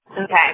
Okay